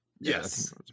Yes